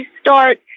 start